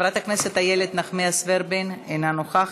חברת הכנסת איילת נחמיאס ורבין, אינה נוכחת.